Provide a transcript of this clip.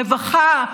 רווחה,